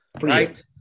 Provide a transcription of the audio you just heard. right